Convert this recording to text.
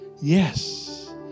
Yes